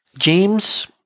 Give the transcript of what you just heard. James